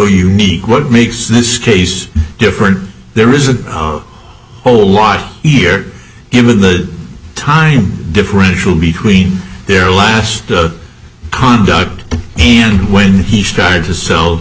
unique what makes this case different there is a whole lot here given the time differential between their last conduct and when he started to sell